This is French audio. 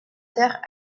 terres